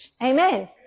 Amen